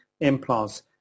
implants